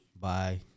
bye